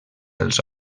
els